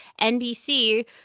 NBC